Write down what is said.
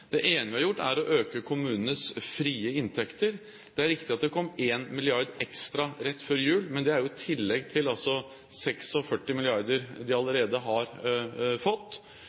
Det ene vi har gjort, er å øke kommunenes frie inntekter. Det er riktig at det kom en milliard kr ekstra rett før jul, men det er i tillegg til de 46 milliardene de allerede har fått.